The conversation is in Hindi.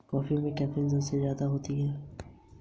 मौसम कौन कौन से क्षेत्रों को प्रभावित करता है?